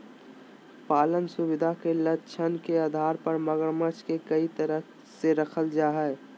पालन सुविधा के लक्ष्य के आधार पर मगरमच्छ के कई तरह से रखल जा हइ